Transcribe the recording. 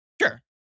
Sure